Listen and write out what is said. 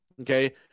okay